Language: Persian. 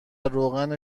روغن